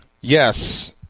Yes